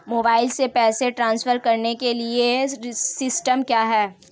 Mobile से पैसे transfer करने के लिए सिस्टम क्या है?